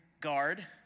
guard